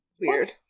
Weird